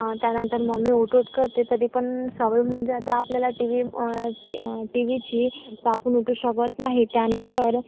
त्यानंतर मम्मी उठ उठ करते तरी पण सवय होऊन जाते आपल्याला टी व्ही टी व्हीची तर आपण उठू शकत नाही त्यानंतर